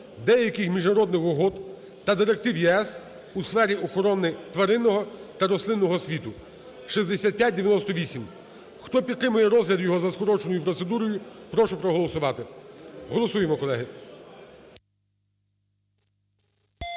деяких міжнародних угод та директив ЄС у сфері охорони тваринного та рослинного світу) (6598). Хто підтримує розгляд його за скороченою процедурою, прошу проголосувати. Голосуємо, колеги.